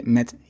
met